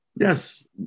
Yes